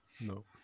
No